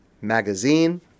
Magazine